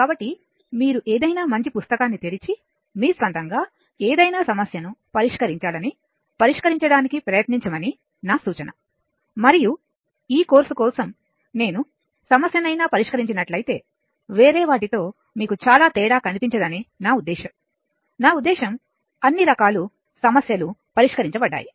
కాబట్టి మీరు ఏదైనా మంచి పుస్తకాన్ని తెరిచి మీ స్వంతంగా ఏదైనా సమస్యను పరిష్కరించాలని పరిష్కరించడానికి ప్రయత్నించమని నా సూచన మరియు ఈ కోర్సు కోసం నేను సమస్యనైనా పరిష్కరించినట్లయితే వేరే వాటితో మీకు చాలా తేడా కనిపించదని నా ఉద్దేశ్యం నా ఉద్దేశ్యం అన్ని రకాలు సమస్యలు పరిగణించబడ్డాయి